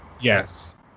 Yes